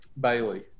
Bailey